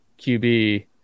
QB